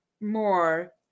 more